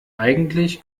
eigentlich